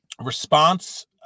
response